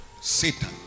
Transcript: Satan